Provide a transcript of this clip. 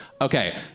Okay